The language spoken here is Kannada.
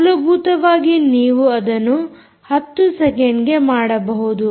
ಮೂಲಭೂತವಾಗಿ ನೀವು ಅದನ್ನು 10 ಸೆಕೆಂಡ್ಗೆ ಮಾಡಬಹುದು